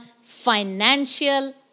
financial